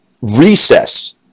recess